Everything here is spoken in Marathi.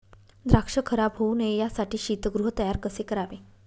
द्राक्ष खराब होऊ नये यासाठी शीतगृह तयार कसे करावे?